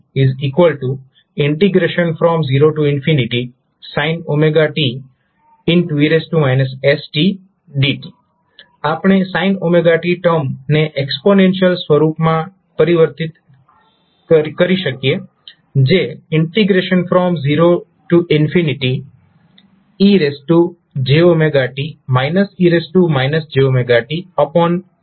Fℒsin wt0 e stdt આપણે sin t term ને exponential સ્વરૂપમાં પરિવર્તિત કરી શકીએ જે 0e stdt છે